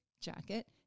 jacket